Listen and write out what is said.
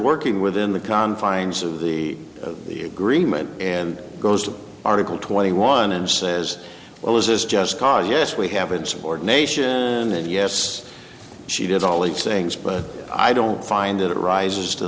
working within the confines of the of the agreement and goes to article twenty one and says well this is just car yes we have insubordination and yes she did all these things but i don't find it rises to